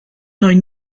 neu